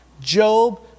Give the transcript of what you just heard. Job